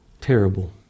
terrible